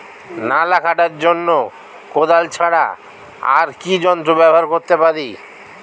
নালা কাটার জন্য কোদাল ছাড়া আর কি যন্ত্র ব্যবহার করতে পারি?